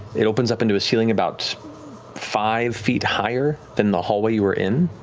it opens up into a ceiling about five feet higher than the hallway you were in.